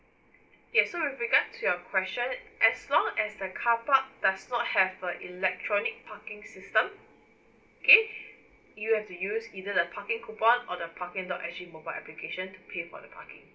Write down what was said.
yes so with regards to your question as long as the carpark does not have a electronic parking system okay you have to use either the parking coupon or the parking dot S G mobile application to pay for the parking